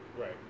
Right